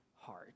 heart